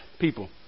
people